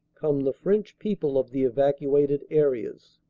come the french people of the evacuated areas.